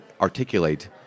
articulate